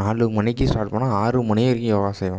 நாலு மணிக்கி ஸ்டார்ட் பண்ணிணா ஆறு மணி வரைக்கும் யோகா செய்வேன்